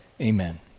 amen